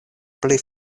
pli